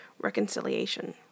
reconciliation